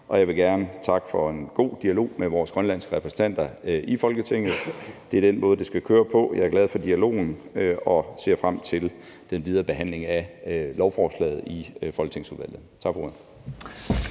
og jeg vil gerne takke for en god dialog med vores grønlandske repræsentanter i Folketinget. Det er den måde, det skal køre på. Jeg er glad for dialogen og ser frem til den videre behandling af lovforslaget i folketingsudvalget. Tak for ordet.